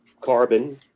carbon